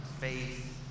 faith